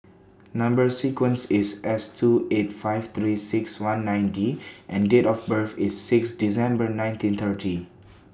Number sequence IS S two eight five three six one nine D and Date of birth IS six December nineteen thirty